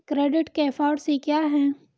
Credit के four C क्या हैं?